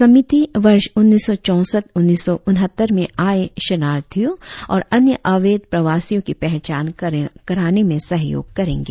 समिति वर्ष उन्नीस सौ चौंसठ उन्नीस सौ उनहत्तर में आए शरणार्थियों और अन्य अवैध प्रवासियों की पहचान कराने में सहयोग करेंगे